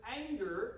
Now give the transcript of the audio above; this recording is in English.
anger